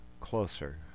closer